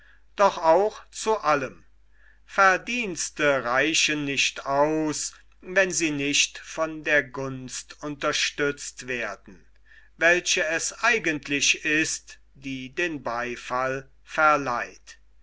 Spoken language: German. doch auch zu allem verdienste reichen nicht aus wenn sie nicht von der gunst unterstützt werden welche es eigentlich ist die den beifall verleiht